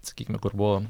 sakykime kur buvo